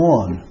one